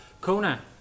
Kona